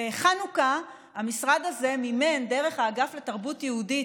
בחנוכה המשרד הזה מימן דרך האגף לתרבות יהודית,